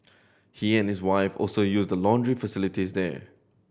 he and his wife also use the laundry facilities there